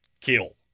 kill